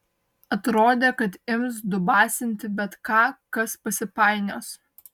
atrodė kad ims dubasinti bet ką kas pasipainios